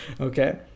Okay